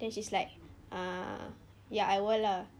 then she's like ah ya I will lah